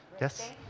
Yes